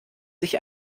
sich